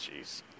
jeez